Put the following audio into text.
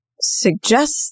suggest